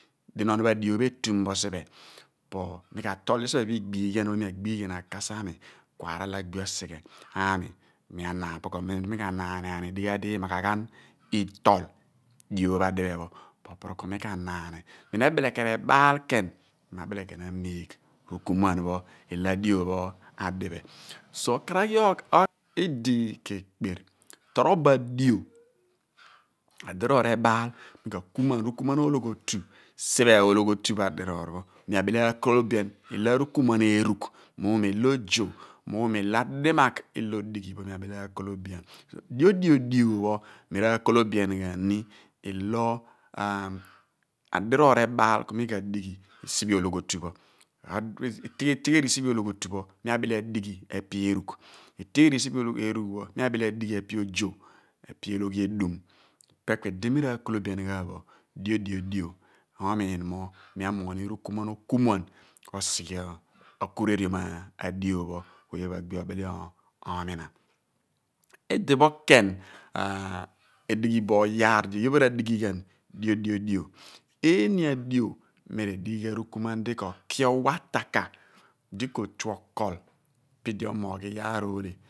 Dinon adio pho etum bo siphe po mi ka tol li siphe igbighian pho akasiami ka arahia agbi osighe ami ku mi agbi oonaani opo ku amem di ma ka anaani ani edighi maar di imaghaghan i/tue mun po opo ku amem di mi ka gba nuun oonaani bin ebile ken r'ebaal ken bin mi ma bile abetgenu amighi oku muan ilo adio pho adiphe so okaraghi goghaaph idi kekper tirobo di adiroor ebaal mi ka poor akumuan rukumuan ologhiotu siphe ologhiotu adiroor pho ku agbi ookolobian ilo arukumuan erigh ilo ozo mughumo ilo adimagh odighi mi abile aakolobian diodio dio pho mira aakolobian ghan ni ilo adiroor ebaal ku mi kadighi siphe ologhiotu pho etigheri siphe ologhiotu pho mi abile adighi epe erugh onghori siphe ipe eragh pho idi mi ka bile adighi epe ologhi edum ipe ku idi mi raaolobian ghan bo diodio dio omin mo mi amoogh ni rukumuan okumuan osighe okureriom adiopho ku oye pho agbi loor obile oomina idipho ken edighi bo yaar di aye pho r'adighi ghan dio dio dio uni adio mi r'adighi ghan rukumuan di ko ki owa ataka di ko tu okol pidi omoogh iyaar ohle